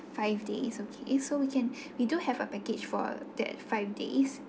five days okay so we can we do have a package for that five days